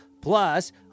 Plus